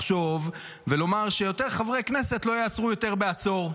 לחשוב ולומר שחברי הכנסת לא יעצרו יותר בעצור.